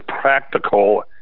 practical